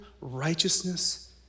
righteousness